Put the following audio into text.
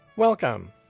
Welcome